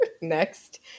next